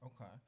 okay